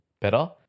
better